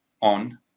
on